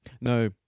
no